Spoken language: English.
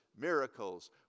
Miracles